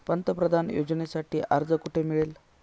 पंतप्रधान योजनेसाठी अर्ज कुठे मिळेल?